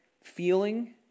feeling